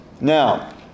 Now